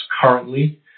currently